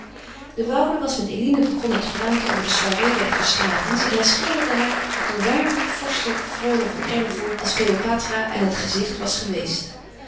de woude was met eline begonnen te praten over de soirée bij de verstraetens en hij schilderde haar hoe waarlijk vorstelijk freule van erlevoort als kleopatra en het gezicht was geweest